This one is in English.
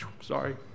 sorry